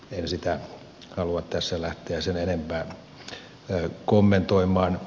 en sitä halua tässä lähteä sen enempää kommentoimaan